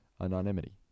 Anonymity